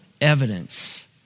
evidence